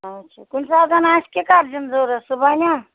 اچھا کُنہِ ساتن آسہِ کِکر زیُن ضروٗرت سُہ بَناہ